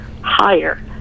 higher